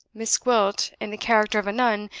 miss gwilt, in the character of a nun,